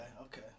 Okay